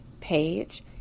page